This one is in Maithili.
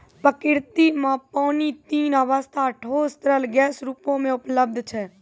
प्रकृति म पानी तीन अबस्था ठोस, तरल, गैस रूपो म उपलब्ध छै